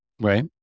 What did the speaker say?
Right